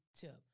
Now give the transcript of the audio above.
tip